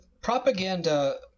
Propaganda